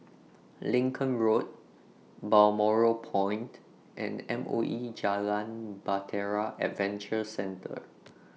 Lincoln Road Balmoral Point and M O E Jalan Bahtera Adventure Centre